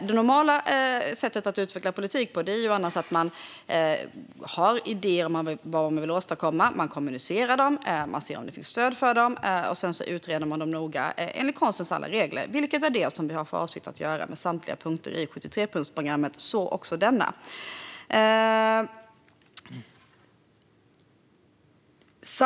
Det normala sättet att utveckla politik är att man har idéer om vad man vill åstadkomma som man kommunicerar, ser om det finns stöd för och sedan utreder noga enligt konstens alla regler - vilket är det vi har för avsikt att göra med samtliga punkter i 73-punktsprogrammet. Så också denna.